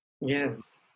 Yes